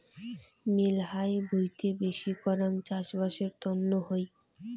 মেলহাই ভুঁইতে বেশি করাং চাষবাসের তন্ন হই